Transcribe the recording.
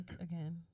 again